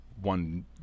one